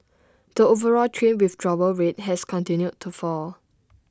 the overall train withdrawal rate has continued to fall